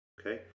okay